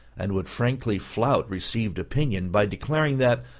and would frankly flout received opinion by declaring that,